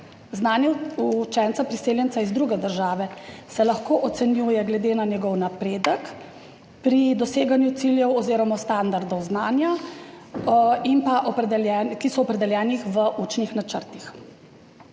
Znanje učenca priseljenca iz druge države se lahko ocenjuje glede na njegov napredek pri doseganju ciljev oziroma standardov znanja, ki so opredeljeni v učnih načrtih.